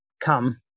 come